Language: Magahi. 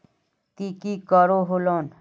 ती की करोहो लोन?